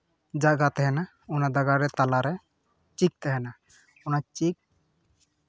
ᱡᱟᱭᱜᱟ ᱛᱟᱦᱮᱱᱟ ᱚᱱᱟ ᱫᱟᱜᱟᱨᱮ ᱛᱟᱞᱟᱨᱮ ᱪᱤᱠ ᱛᱟᱦᱮᱱᱟ ᱚᱱᱟ ᱪᱤᱠ